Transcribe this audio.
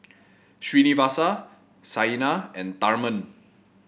Srinivasa Saina and Tharman